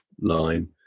line